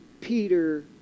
Peter